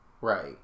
Right